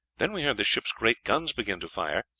then we heard the ship's great guns begin to fire,